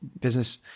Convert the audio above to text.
business